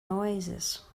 oasis